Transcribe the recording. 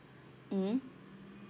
mmhmm